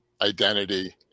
identity